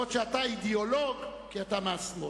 בעוד שאתה אידיאולוג כי אתה מהשמאל.